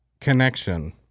connection